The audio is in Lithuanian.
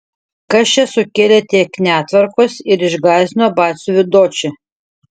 kas čia sukėlė tiek netvarkos ir išgąsdino batsiuvį dočį